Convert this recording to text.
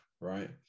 right